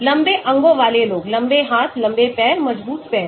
लंबे अंगों वाले लोग लंबे हाथ लंबे पैर मजबूत पैर